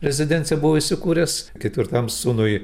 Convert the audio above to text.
rezidenciją buvo įsikūręs ketvirtam sūnui